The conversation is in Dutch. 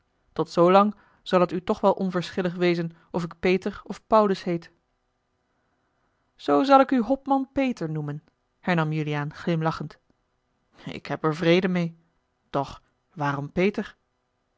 tot zoolang zal het u toch wel onverschillig wezen of ik peter of paulus heet zoo zal ik u hopman peter noemen hernam juliaan glimlachend ik heb er vrede meê doch waarom peter